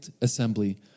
assembly